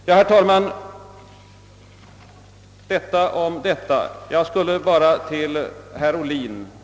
Herr talman!